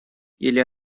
или